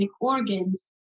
organs